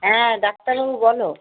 হ্যাঁ ডাক্তারবাবু বলো